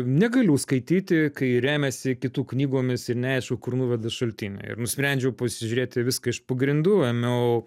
negaliu skaityti kai remiasi kitų knygomis ir neaišku kur nuveda šaltiniai ir nusprendžiau pasižiūrėti viską iš pagrindų ėmiau